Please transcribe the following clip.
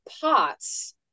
pots